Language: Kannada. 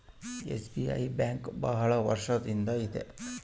ಎಸ್.ಬಿ.ಐ ಬ್ಯಾಂಕ್ ಭಾಳ ವರ್ಷ ಇಂದ ಇದೆ